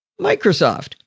Microsoft